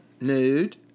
nude